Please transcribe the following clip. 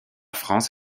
france